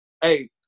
hey